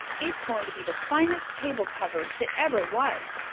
it's going to be the finest table cover that ever was.